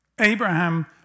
Abraham